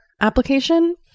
application